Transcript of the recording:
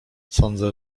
sądzę